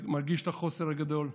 מרגיש את החוסר הגדול,